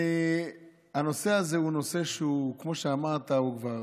הנושא הזה, כמו שאמרת, הוא כבר